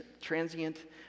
transient